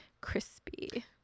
crispy